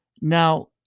Now